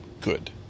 good